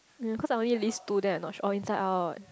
ya cause I only list two then I not sure oh inside out